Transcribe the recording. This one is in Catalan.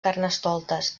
carnestoltes